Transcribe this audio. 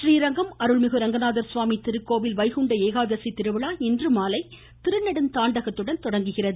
றீரங்கம் றீரங்கம் அருள்மிகு அரங்கநாதசுவாமி திருக்கோவில் வைகுண்ட ஏகாதசி திருவிழா இன்றுமாலை திருநெடுந்தாண்டகத்துடன் தொடங்குகிறது